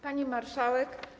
Pani Marszałek!